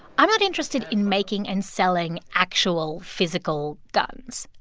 i'm not interested in making and selling actual physical guns.